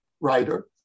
writer